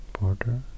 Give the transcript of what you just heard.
border